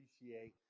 appreciate